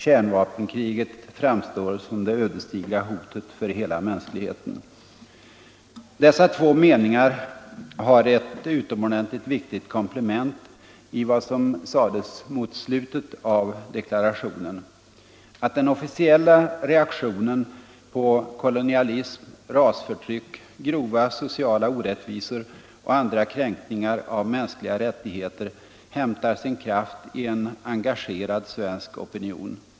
Kärnvapenkriget framstår som det ödesdigra hotet för hela mänskligheten.” Dessa två meningar har ett utomordentligt viktigt komplement i vad som sades mot slutet av deklarationen; att den officiella reaktionen på kolonialism, rasförtryck, grova sociala orättvisor och andra kränkningar av mänskliga rättigheter hämtar sin kraft i en engagerad svensk opinion.